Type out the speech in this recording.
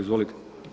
Izvolite.